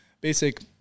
basic